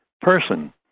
person